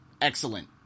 Excellent